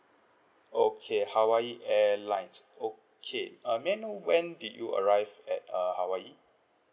okay hawaii airlines okay uh may I know when did you arrive at uh hawaii